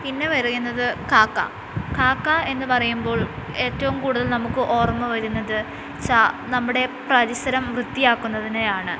പിന്നെ പറയുന്നത് കാക്ക കാക്ക എന്ന് പറയുമ്പോൾ ഏറ്റവും കൂടുതൽ നമുക്ക് ഓർമ വരുന്നത് ചാ നമ്മുടെ പരിസരം വൃത്തിയാക്കു ന്നതിനെയാണ്